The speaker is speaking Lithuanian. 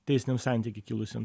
teisiniam santyky kilusiam